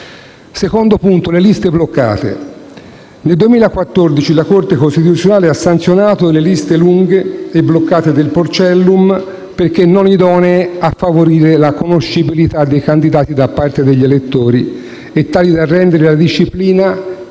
secondo punto riguarda le liste bloccate. Nel 2014 la Corte costituzionale ha sanzionato le liste lunghe e bloccate del Porcellum perché non idonee a favorire la conoscibilità dei candidati da parte degli elettori e tali da rendere la disciplina - cito